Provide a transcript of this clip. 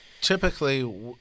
Typically